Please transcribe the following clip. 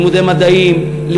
לימודי מדעים,